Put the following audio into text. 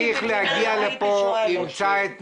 הוא היה צריך להביא אותה למשרד ולרשום אותה.